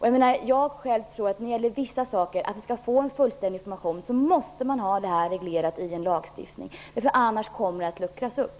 Själv anser jag, att när det gäller vissa saker, t.ex. att vi skall få en fullständig information, måste man ha det reglerat i en lagstiftning. Annars kommer det att luckras upp.